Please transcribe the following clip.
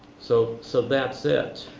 so so that's it.